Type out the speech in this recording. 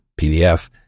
PDF